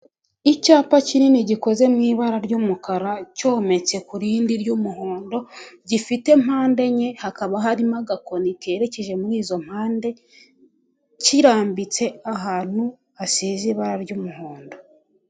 Icyapa kinini gikoze mu ibara ry'umukara, cyometse ku rindi ry'umuhondo; gifite mpande enye, hakaba harimo agakoni kerekeje muri izo mpande; kirambitse ahantu hasize ibara ry'umuhondo.